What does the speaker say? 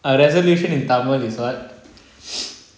ah resolution in tamil is what